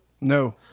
No